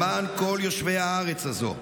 למען כל יושבי הארץ הזאת.